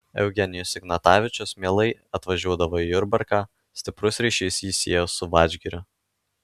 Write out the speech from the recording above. eugenijus ignatavičius mielai atvažiuodavo į jurbarką stiprus ryšys jį siejo su vadžgiriu